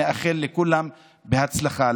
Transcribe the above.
נאחל לכולם בהצלחה.